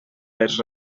les